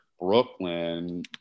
brooklyn